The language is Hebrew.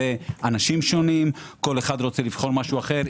זה אנשים שונים, כל אחד רוצה לבחור משהו אחר.